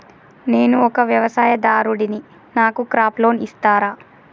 నేను ఒక వ్యవసాయదారుడిని నాకు క్రాప్ లోన్ ఇస్తారా?